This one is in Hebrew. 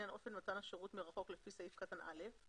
בתכלית העומדת בבסיס אופן מתן השירות החיוני לפי אותו חיקוק